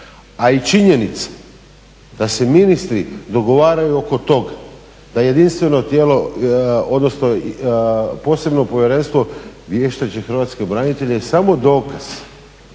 A i činjenica da se ministri dogovaraju oko toga da posebno povjerenstvo vještači hrvatske branitelje je samo dokaz